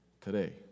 today